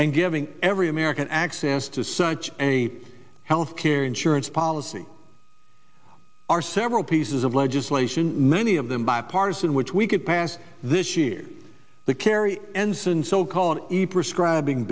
and giving every american access to such a health care insurance policy are several pieces of legislation many of them bipartisan which we could pass this year the kerry ensign so called epe or scribing